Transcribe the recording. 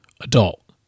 adult